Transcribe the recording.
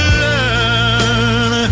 learn